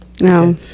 No